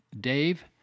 Dave